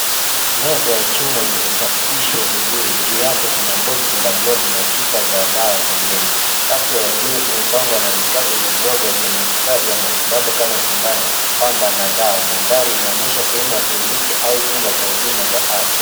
Meza ya chuma imesafishwa vizuri. Juu yake kuna box la glovu na chupa za dawa pembeni. Rafu ya juu imepangwa na vikapu vidogo vyenye vifaa vya matibabu kama sindano, pamba na dawa. Mandhari inaonyesha sehemu ya kliniki au chumba cha huduma za afya.